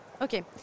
Okay